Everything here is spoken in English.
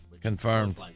Confirmed